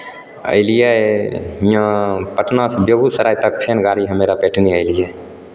अयलियै हीआँ पटनासँ बेगुसराय तक फेर गाड़ी हम्मे रपेटने अयलियै